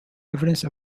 evidence